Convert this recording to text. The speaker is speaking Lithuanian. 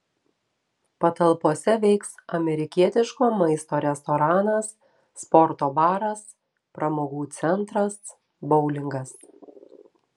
patalpose veiks amerikietiško maisto restoranas sporto baras pramogų centras boulingas